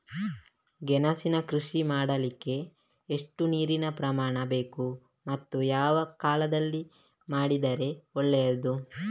ಗೆಣಸಿನ ಕೃಷಿ ಮಾಡಲಿಕ್ಕೆ ಎಷ್ಟು ನೀರಿನ ಪ್ರಮಾಣ ಬೇಕು ಮತ್ತು ಯಾವ ಕಾಲದಲ್ಲಿ ಮಾಡಿದರೆ ಒಳ್ಳೆಯದು?